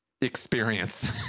experience